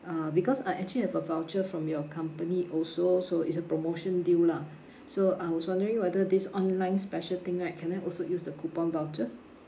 uh because I actually have a voucher from your company also so it's a promotion deal lah so I was wondering whether this online special thing right can I also use the coupon voucher